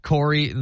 Corey